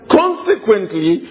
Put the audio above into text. consequently